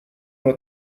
nur